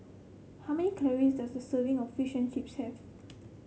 how many calories does a serving of Fish and Chips have